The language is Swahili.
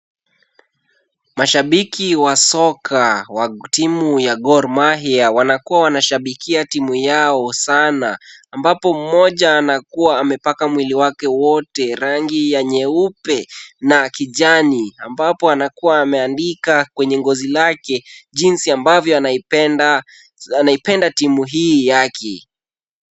Mashabiki wa soka wa timu ya Gor Mahia wanakuwa wanashabikia timu yao sana, ambapo mmoja anakua amepaka mwili wake wote rangi ya nyeupe na kijani, ambapo anakua ameandika kwenye ngozi lake, jinsi ambavyo anaipenda timu hii yake.